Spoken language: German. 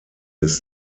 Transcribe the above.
ist